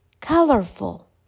colorful